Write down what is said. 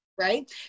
right